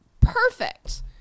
perfect